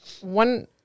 One